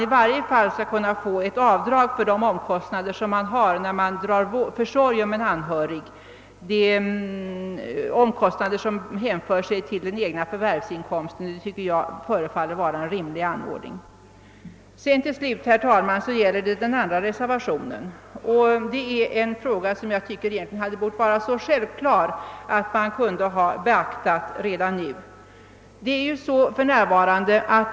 I varje fall borde man kunna få göra avdrag för de omkostnader som hänför sig till den egna inkomsten, vilka man har när man måste dra försorg om en anhörig. Jag tycker att detta förefaller vara en rimlig begäran. Till slut, herr talman, vill jag säga några ord om den andra reservationen. Den gäller en fråga som borde ha varit så självklar att den kunde ha beaktats redan nu.